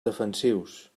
defensius